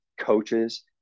coaches